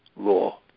law